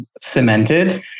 cemented